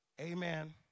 Amen